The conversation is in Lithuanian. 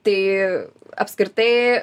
tai apskritai